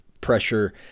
pressure